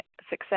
success